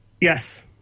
Yes